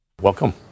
Welcome